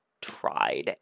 Tried